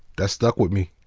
that stuck with me.